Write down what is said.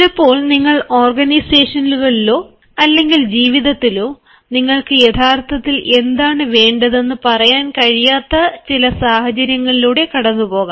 ചിലപ്പോൾ നിങ്ങൾ ഓർഗനൈസേഷനുകളിലോ അല്ലെങ്കിൽ ജീവിതത്തിലോ നിങ്ങൾക്ക് യഥാർത്ഥത്തിൽ എന്താണ് വേണ്ടതെന്ന് പറയാൻ കഴിയാത്ത ചില സാഹചര്യങ്ങളിലൂടെ കടന്നുപോകാം